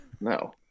No